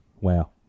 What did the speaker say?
Wow